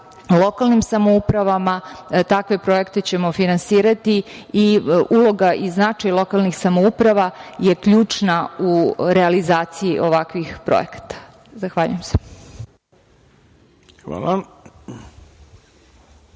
lokalnim samoupravama takve projekte ćemo finansirati i uloga i značaj lokalnih samouprava je ključna u realizaciji ovakvih projekata. Zahvaljujem se. **Ivica